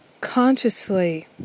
consciously